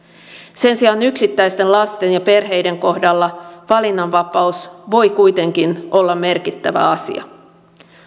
sen sijaan yksittäisten lasten ja perheiden kohdalla valinnanvapaus voi kuitenkin olla merkittävä asia